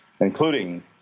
including